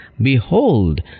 behold